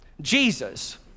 Jesus